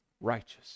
righteous